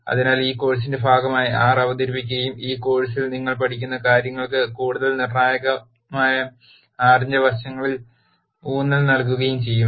അതിനാൽ ഈ കോഴ്സിന്റെ ഭാഗമായി R അവതരിപ്പിക്കുകയും ഈ കോഴ്സിൽ നിങ്ങൾ പഠിക്കുന്ന കാര്യങ്ങൾക്ക് കൂടുതൽ നിർണായകമായ R ന്റെ വശങ്ങളിൽ ഊന്നൽ നൽകുകയും ചെയ്യും